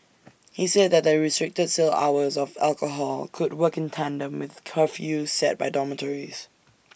he said that the restricted sale hours of alcohol could work in tandem with curfews set by dormitories